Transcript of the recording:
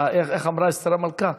איך אמרה אסתר המלכה?